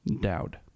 Dowd